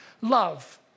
love